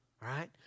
right